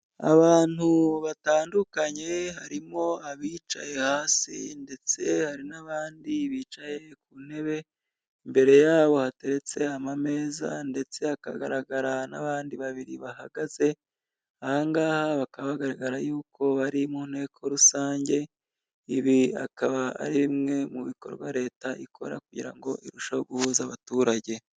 Abantu batandukanye harimo abicaye hasi ndetse hari n'abandi bicaye ku ntebe, imbere yaho hateretse amameza ndetse hakagaragara n'abandi babiri bahagaze, aha ngaha bakaba bagaragara yuko bari mu nteko rusange, ibi akaba ari bimwe mu bikorwa Leta ikora kugira ngo irusheho guhuza abaturage.